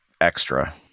extra